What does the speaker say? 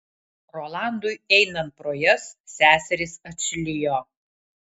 rolandui einant pro jas seserys atšlijo